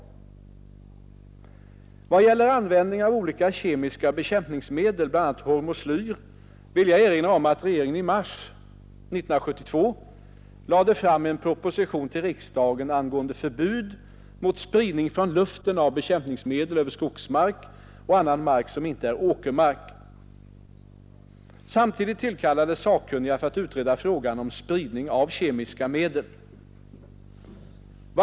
I vad gäller användningen av olika kemiska bekämpningsmedel, bl.a. hormoslyr, vill jag erinra om att regeringen i mars 1972 lade fram en proposition till riksdagen angående förbud mot spridning från luften av bekämpningsmedel över skogsmark och annan mark som inte är åkermark. Samtidigt tillkallades sakkunniga för att utreda frågan om spridning av kemiska medel.